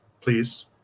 Please